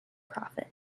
profit